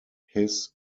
his